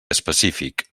específic